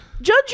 Judge